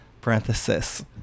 parenthesis